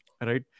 Right